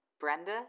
Brenda